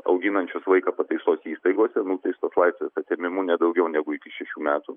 auginančius vaiką pataisos įstaigose nuteistos laisvės atėmimu ne daugiau negu iki šešių metų